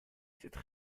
cette